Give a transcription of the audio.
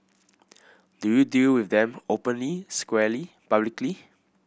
do you deal with them openly squarely publicly